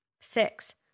Six